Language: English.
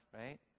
right